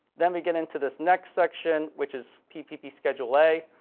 then we get into this next section, which is ppp schedule a,